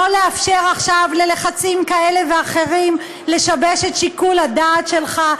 לא לאפשר עכשיו ללחצים כאלה ואחרים לשבש את שיקול הדעת שלך.